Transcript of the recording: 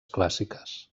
clàssiques